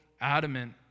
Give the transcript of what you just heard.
adamant